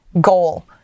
goal